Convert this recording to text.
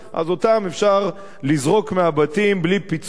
אז אותם אפשר לזרוק מהבתים בלי פיצוי,